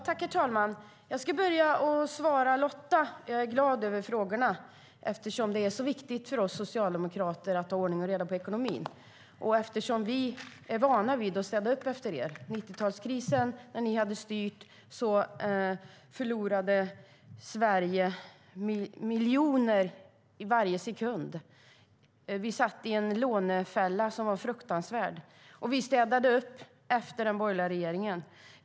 Herr talman! Jag ska börja med att svara Lotta. Jag är glad över frågorna, eftersom det är så viktigt för oss socialdemokrater att ha ordning och reda i ekonomin. Vi är vana vid att städa upp efter er, som efter 90-talskrisen när ni hade styrt. Då förlorade Sverige miljoner varje sekund. Vi satt i en lånefälla som var fruktansvärd. Vi städade upp efter den borgerliga regeringen.